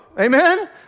Amen